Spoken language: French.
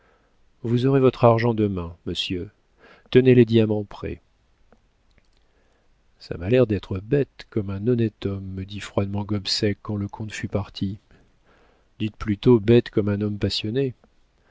vous aurez votre argent demain monsieur tenez les diamants prêts ça m'a l'air d'être bête comme un honnête homme me dit froidement gobseck quand le comte fut parti dites plutôt bête comme un homme passionné